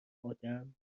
آدم